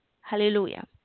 Hallelujah